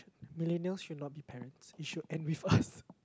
millennials should not be parents it should end with us